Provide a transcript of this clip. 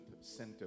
Center